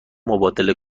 مبادله